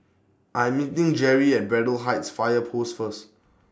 I'm meeting Jerrie At Braddell Heights Fire Post First